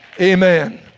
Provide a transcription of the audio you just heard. Amen